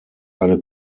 eine